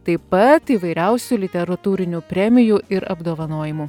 taip pat įvairiausių literatūrinių premijų ir apdovanojimų